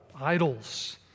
idols